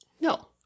No